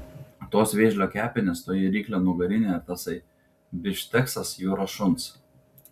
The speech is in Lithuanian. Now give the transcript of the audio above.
tos vėžlio kepenys toji ryklio nugarinė ir tasai bifšteksas jūros šuns